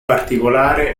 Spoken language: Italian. particolare